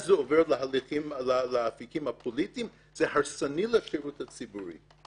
אז זה עובר לאפיקים הפוליטיים" הוא הרסני לשירות הציבורי.